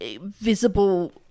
visible